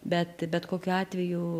bet bet kokiu atveju